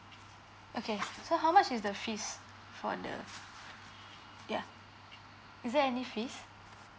okay so how much is the fees for the yeah is there any fees